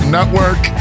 Network